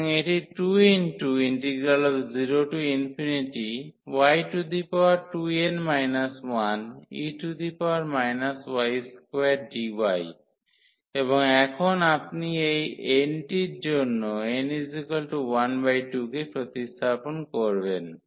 সুতরাং এটি 20y2n 1e y2dy এবং এখন আপনি এই n টির জন্য n12 কে প্রতিস্থাপন করবেন